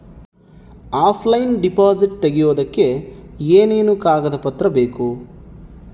Offline deposit ತೆಗಿಯೋದಕ್ಕೆ ಏನೇನು ಕಾಗದ ಪತ್ರ ಬೇಕು?